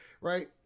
right